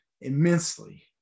immensely